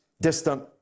distant